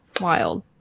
wild